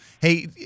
Hey